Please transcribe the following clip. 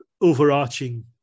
overarching